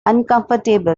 uncomfortable